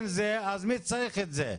אז מי צריך את זה?